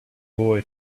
boy